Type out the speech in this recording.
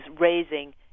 raising